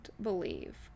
believe